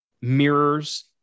mirrors